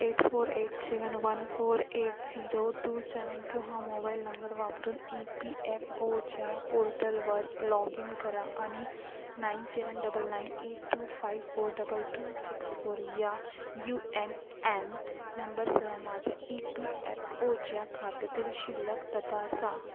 ए four eight seven one four eight zero two seven two हा mobile number वापरून E P F ओच्या पोर्टलवर log in करा आणि nine seven double nine eight two five four double two six four या U A N नंबरसह माझ्या E P F ओच्या खात्यातील शिल्लक तपासा